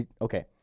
okay